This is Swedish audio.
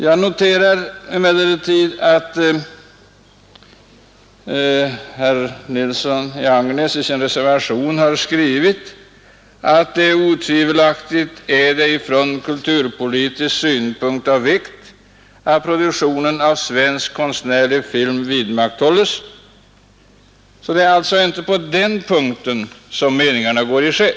Jag noterar emellertid att herr Nilsson i Agnäs skrivit följande i sin reservation: ”Otvivelaktigt är det från kulturpolitisk synpunkt av vikt att produktionen av svensk konstnärlig film vidmakthålles.” Det är alltså inte på den punkten meningarna går isär.